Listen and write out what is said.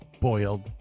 boiled